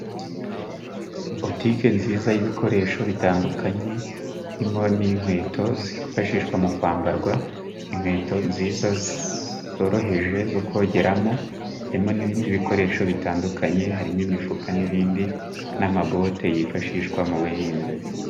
Butike nziza y'ibikoresho bitandukanye, harimo n'inkweto zifashishwa mu kwambarwa, inkweto nziza zoroheje zo kogeramo, harimo n'ibindi bikoresho bitandukanye, harimo imifuka n'ibindi n'amabote yifashishwa mu buhinzi.